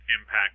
impact